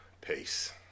peace